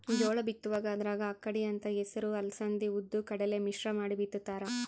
ಜೋಳ ಬಿತ್ತುವಾಗ ಅದರಾಗ ಅಕ್ಕಡಿ ಅಂತ ಹೆಸರು ಅಲಸಂದಿ ಉದ್ದು ಕಡಲೆ ಮಿಶ್ರ ಮಾಡಿ ಬಿತ್ತುತ್ತಾರ